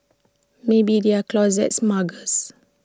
maybe they are closet muggers